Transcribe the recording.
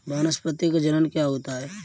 वानस्पतिक जनन क्या होता है?